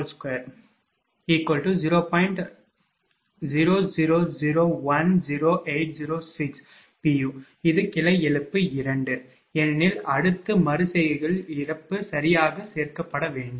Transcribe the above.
u இது கிளை இழப்பு 2 ஏனெனில் அடுத்த மறு செய்கையில் இழப்பு சரியாக சேர்க்கப்பட வேண்டும்